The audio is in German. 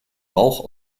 rauch